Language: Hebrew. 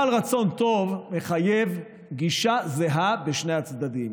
אבל רצון טוב מחייב גישה זהה בשני הצדדים.